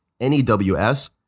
N-E-W-S